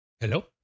Hello